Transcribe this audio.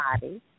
body